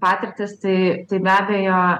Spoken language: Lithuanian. patirtis tai be abejo